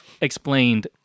explained